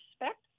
respect